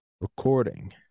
recording